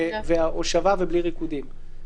הושבה ובלי ריקודים.